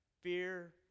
fear